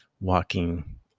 walking